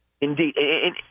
Indeed